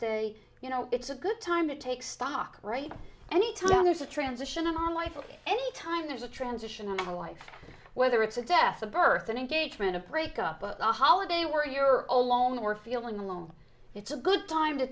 day you know it's a good time to take stock any time there's a transition on life any time there's a transition and a life whether it's a death a birth an engagement a break up of a holiday where you're alone or feeling alone it's a good time to